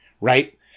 right